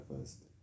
first